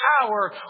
power